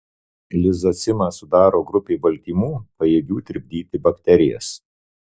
lizocimą sudaro grupė baltymų pajėgių tirpdyti bakterijas